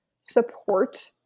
support